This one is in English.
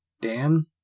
Dan